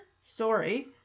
story